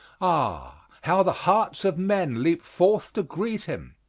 ah! how the hearts of men leap forth to greet him!